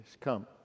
come